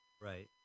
Right